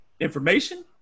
information